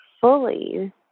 fully